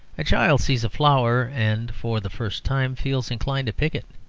a child sees a flower and for the first time feels inclined to pick it.